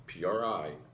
PRI